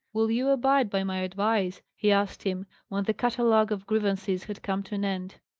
will you abide by my advice? he asked him, when the catalogue of grievances had come to an end.